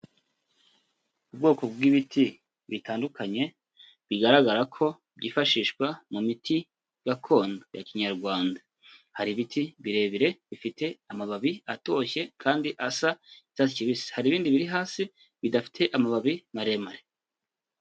Ubwoko bw'ibiti bitandukanye bigaragara ko byifashishwa mu miti gakondo ya kinyarwanda. Hari ibiti birebire bifite amababi atoshye kandi asa n'icyatsi kibisi, hari ibindi biri hasi bidafite amababi maremare.